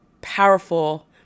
powerful